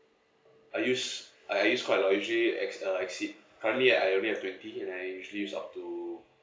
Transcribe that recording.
I use I I use quite a lot usually it's uh exceed currently I I only had twenty and I usually up to